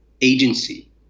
agency